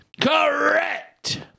Correct